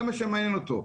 זה מה שמעניין אותו.